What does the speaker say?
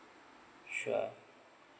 sure